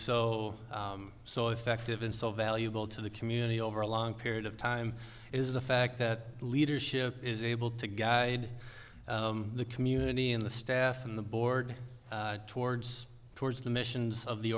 so so effective and so valuable to the community over a long period of time is the fact that leadership is able to guide the community and the staff and the board towards towards the missions of the